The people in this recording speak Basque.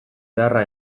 beharra